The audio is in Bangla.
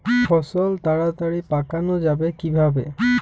ফসল তাড়াতাড়ি পাকানো যাবে কিভাবে?